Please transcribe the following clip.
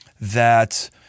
that-